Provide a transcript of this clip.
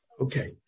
Okay